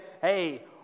hey